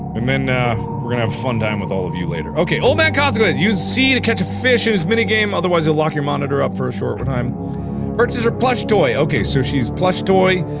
and then ah, we're gonna have a funtime with all of you later. okay. old man consequences use c to catch a fish in his minigame, otherwise he'll lock your monitor up for a short but time purchase her plush toy okay, so she's plush toy.